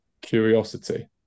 curiosity